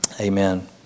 Amen